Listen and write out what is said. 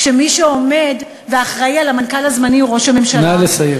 כשמי שעומד ואחראי למנכ"ל הזמני הוא ראש הממשלה?